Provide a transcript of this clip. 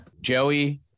Joey